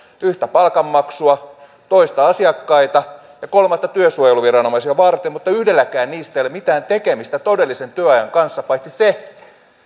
yhtä palkanmaksua toista asiakkaita ja kolmatta työsuojeluviranomaisia varten mutta yhdelläkään niistä ei ole mitään tekemistä todellisen työajan kanssa paitsi se